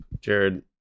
Jared